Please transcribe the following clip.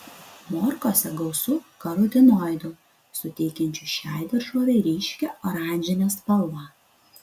morkose gausu karotinoidų suteikiančių šiai daržovei ryškią oranžinę spalvą